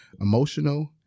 emotional